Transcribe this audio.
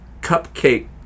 cupcake